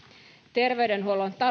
terveydenhuollon